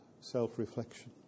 self-reflection